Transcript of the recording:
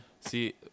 See